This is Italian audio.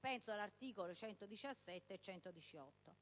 (penso agli articoli 117 e 118).